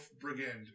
brigand